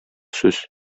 сүз